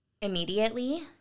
immediately